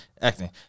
Acting